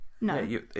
No